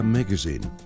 Magazine